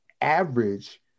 Average